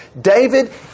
David